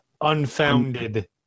unfounded